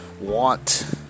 want